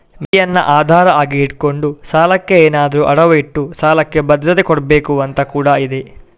ಮಿತಿಯನ್ನ ಆಧಾರ ಆಗಿ ಇಟ್ಕೊಂಡು ಸಾಲಕ್ಕೆ ಏನಾದ್ರೂ ಅಡವು ಇಟ್ಟು ಸಾಲಕ್ಕೆ ಭದ್ರತೆ ಕೊಡ್ಬೇಕು ಅಂತ ಕೂಡಾ ಇದೆ